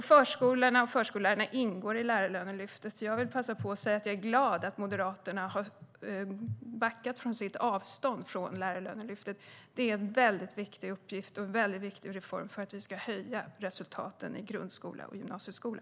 Förskolorna och förskollärarna ingår i Lärarlönelyftet. Jag vill passa på att säga att jag är glad att Moderaterna har backat från att ta avstånd från Lärarlönelyftet. Det är en väldigt viktig uppgift och en väldigt viktig reform för att höja resultaten i grundskola och gymnasieskola.